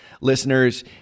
listeners